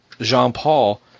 Jean-Paul